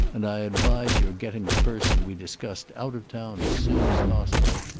and i advise your getting the person we discussed out of town as soon as possible.